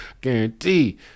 Guarantee